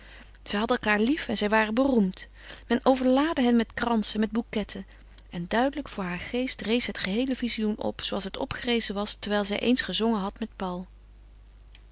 zij hadden elkaâr lief en zij waren beroemd men overlaadde hen met kransen met bouquetten en duidelijk voor haar geest rees het geheele visioen op zooals het opgerezen was terwijl zij eens gezongen had met paul